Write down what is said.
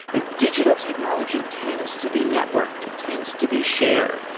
that digital technology tends to be networked, it tends to be shared,